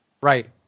Right